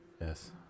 Yes